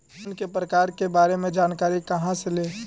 Loan के प्रकार के बारे मे जानकारी कहा से ले?